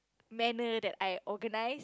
manner that I organise